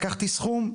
לקחתי סכום,